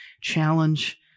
challenge